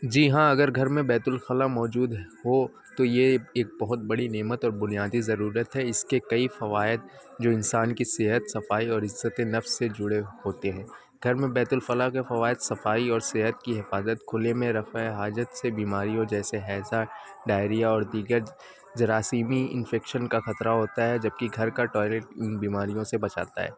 جی ہاں اگر گھر میں بیت الخلاء موجود ہو تو یہ ایک بہت بڑی نعمت اور بنیادی ضرورت ہے اس کے کئی فوائد جو انسان کی صحت صفائی اور عزت نفس سے جڑے ہوتے ہیں گھر میں بیت الخلاء کے فوائد صفائی اور صحت کی حفاظت کھلے میں رفع حاجت سے بیماریوں جیسے ہیضہ ڈائریا اور دیگر جراثیمی انفیکشن کا خطرہ ہوتا ہے جبکہ گھر کا ٹوائلیٹ ان بیماریوں سے بچاتا ہے